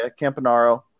Campanaro